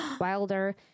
wilder